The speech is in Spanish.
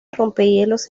rompehielos